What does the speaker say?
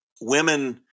women